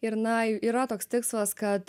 ir na yra toks tikslas kad